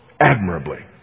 Admirably